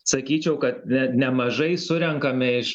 sakyčiau kad nemažai surenkame iš